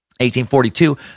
1842